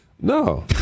No